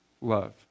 love